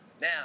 Now